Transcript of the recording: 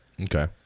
Okay